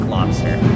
Lobster